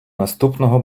наступного